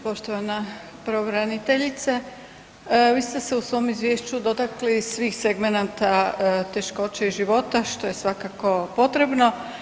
Poštovana pravobraniteljice vi ste se u svom izvješću dotakli svih segmenata teškoće i života što je svakako potrebno.